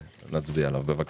ונצביע עליו, בבקשה.